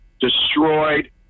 destroyed